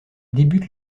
débute